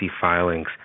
filings